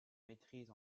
maîtrise